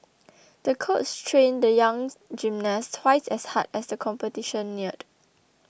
the coach trained the young gymnast twice as hard as the competition neared